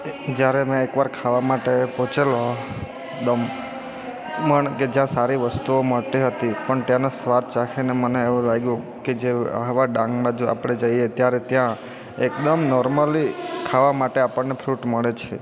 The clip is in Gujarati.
જ્યારે મેં એક વાર ખાવા માટે પહોંચેલો દમ માનો કે જ્યાં સારી વસ્તુઓ મળતી હતી પણ ત્યાંના સ્વાદ ચાખીને મને એવું લાગ્યું કે જે આહવા ડાંગમાં જો આપણે જઈએ ત્યારે ત્યાં એકદમ નોર્મલી ખાવા માટે આપણને ફ્રુટ મળે છે